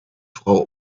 frau